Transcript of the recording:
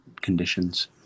conditions